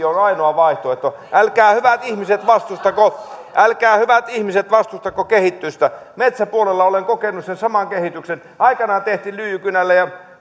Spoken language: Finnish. on ainoa vaihtoehto älkää hyvät ihmiset vastustako älkää hyvät ihmiset vastustako kehitystä metsäpuolella olen kokenut sen saman kehityksen aikanaan tehtiin lyijykynällä ja